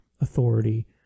authority